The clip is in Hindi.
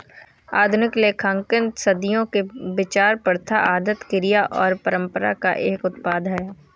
आधुनिक लेखांकन सदियों के विचार, प्रथा, आदत, क्रिया और परंपरा का एक उत्पाद है